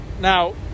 now